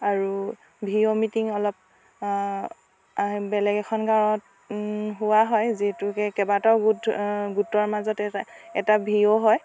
আৰু VO meeting অলপ বেলেগ এখন গাঁৱত হোৱা হয় যিহেতুকে কেবাটাও গোট গোটৰ মাজতে এটা এটা ভিঅ' হয়